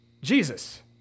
Jesus